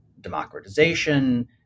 democratization